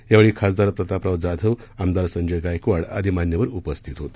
यावेळी खासदार प्रतापराव जाधव आमदार संजय गायकवाड़ आदी मान्यवर उपस्थित होते